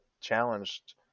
challenged